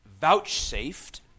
vouchsafed